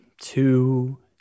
Two